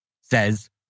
says